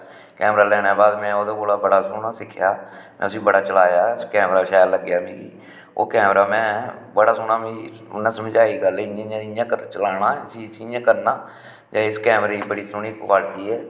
camera लैने दे बाद में ओह्दे कोला बड़ा सोह्ना सिक्खेआ में उस्सी बड़ा चलाया ऐ कैमरा शैल लग्गेआ मि ओह् कैमरा मैं बड़ा सोह्ना मि उ'नें समझाई गल्ल इ'यां इ'यां चलाना ऐ फ्ही इस्सी इ'यां करना ते इस कैमरे दी बड़ी सोह्नी क्वालटी ऐ